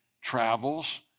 travels